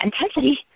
intensity